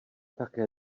také